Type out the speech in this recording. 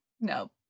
no